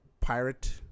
pirate